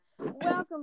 Welcome